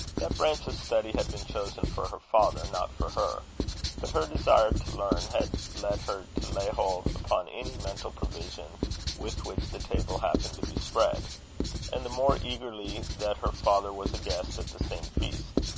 that branch of study had been chosen for her father, not for her but her desire to learn had led her to lay hold upon any mental provision with which the table happened to be spread and the more eagerly that her father was a guest at the same feast.